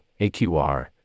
AQR